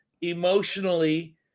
emotionally